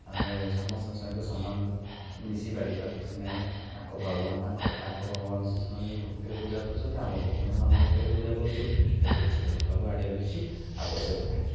ଆମେ ସମସ୍ତଙ୍କ ସହିତ ସମାନ ମିଶିପାରିବା କିଛି ନାହିଁ ତାଙ୍କ ଭଗବାନ ତାଙ୍କ ତାଙ୍କ ଭଗବାନଙ୍କୁ ସେ ସେମାନେ ଭକ୍ତିରେ ପୂଜା କରୁଛନ୍ତି ଆମ ଭଗବାନଙ୍କୁ ଆମେ ଭକ୍ତିରେ ପୂଜା କରୁଛୁ ଏଥିରେ କିଛି ଭେଦଭାବ ଆଣିବା କିଛି ଆବଶ୍ୟକ ନାହିଁ